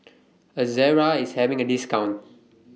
Ezerra IS having A discount